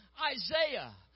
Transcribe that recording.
Isaiah